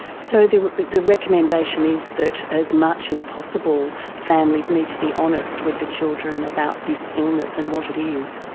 so the the recommendation is that as much as possible families need to be honest with the children about this illness and what it is.